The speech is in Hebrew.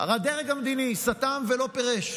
הדרג המדיני, סתם ולא פירש.